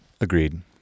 Agreed